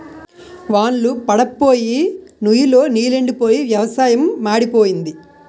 వాన్ళ్లు పడప్పోయి నుయ్ లో నీలెండిపోయి వ్యవసాయం మాడిపోయింది